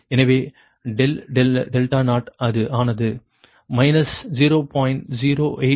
எனவே ∆0 ஆனது 0